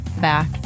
back